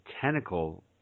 tentacle